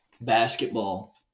basketball